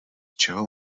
čeho